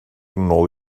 nôl